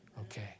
Okay